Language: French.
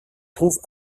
trouve